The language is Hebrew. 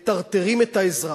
מטרטרים את האזרח.